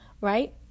right